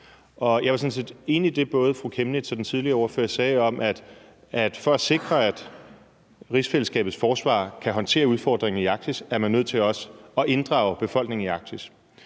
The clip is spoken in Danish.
Jeg var sådan set enig i det, som både fru Aaja Chemnitz og den tidligere partileder sagde, om, at for at sikre, at rigsfællesskabets forsvar kan håndtere udfordringen i Arktis, er man nødt til også at inddrage befolkningen i Arktis.